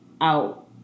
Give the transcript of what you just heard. out